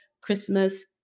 Christmas